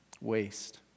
waste